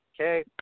Okay